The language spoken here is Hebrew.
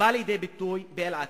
באו לידי ביטוי באל-אקצא.